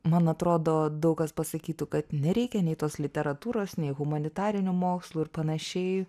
man atrodo daug kas pasakytų kad nereikia nei tos literatūros nei humanitarinių mokslų ir panašiai